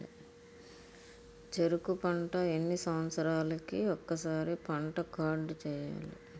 చెరుకు పంట ఎన్ని సంవత్సరాలకి ఒక్కసారి పంట కార్డ్ చెయ్యాలి?